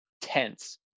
tense